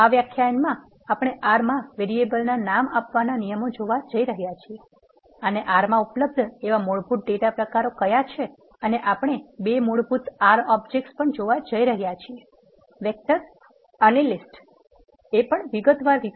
આ વ્યાખ્યાનમાં આપણે R માં વેરિએબલ ના નામ આપવાના નિયમો જોવા જઈ રહ્યા છીએ અને R માં ઉપલબ્ધ એવા મૂળભૂત ડેટા પ્રકારો કયા છે અને આપણે બે મૂળભૂત R ઓબ્જેક્ટ્સ પણ જોવા જઈ રહ્યા છીએ વેક્ટર અને લિસ્ટ વિગતવાર રીતે